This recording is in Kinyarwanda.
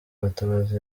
gatabazi